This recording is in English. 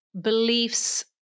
beliefs